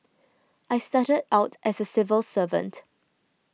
I started out as a civil servant